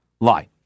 lie